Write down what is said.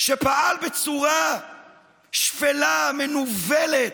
שפעל בצורה שפלה, מנוולת,